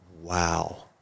wow